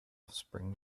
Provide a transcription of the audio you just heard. offspring